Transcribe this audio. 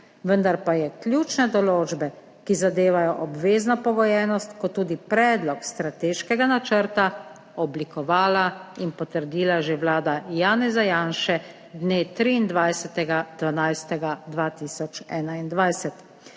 vendar pa je ključne določbe, ki zadevajo obvezno pogojenost, kot tudi predlog strateškega načrta oblikovala in potrdila že vlada Janeza Janše dne 23. 12. 2021.